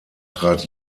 trat